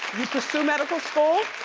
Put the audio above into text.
so medical school.